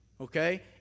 Okay